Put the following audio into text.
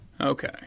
Okay